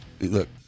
look